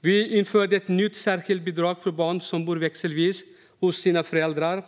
Vi införde ett nytt särskilt bidrag inom bostadsbidraget för barn som bor växelvis hos sina föräldrar.